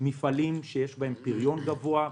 מפעלים שיש בהם פריון גבוה,